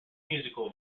musical